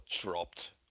dropped